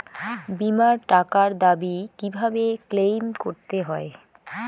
বিমার টাকার দাবি কিভাবে ক্লেইম করতে হয়?